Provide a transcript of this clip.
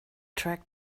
track